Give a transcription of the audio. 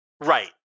Right